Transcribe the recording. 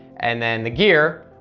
and then the gear.